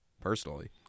personally